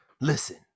Listen